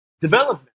development